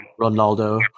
Ronaldo